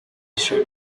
eastern